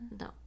no